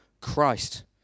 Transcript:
Christ